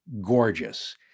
gorgeous